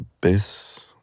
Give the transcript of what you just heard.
bass